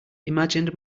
imagined